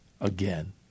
again